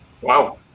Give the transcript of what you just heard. wow